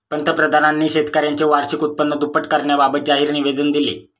पंतप्रधानांनी शेतकऱ्यांचे वार्षिक उत्पन्न दुप्पट करण्याबाबत जाहीर निवेदन दिले